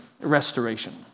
restoration